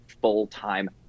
full-time